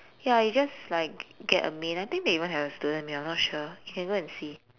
ya you just like g~ get a meal I think they even have a student meal not sure you can go and see